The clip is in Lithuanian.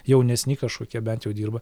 jaunesni kažkokie bent jau dirba